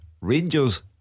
Rangers